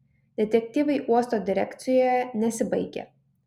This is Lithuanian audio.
detektyvai uosto direkcijoje nesibaigia